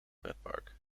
pretpark